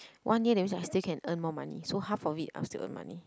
one year that means I still can earn more money so half of it I'll still earn money